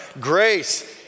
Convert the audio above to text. grace